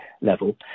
level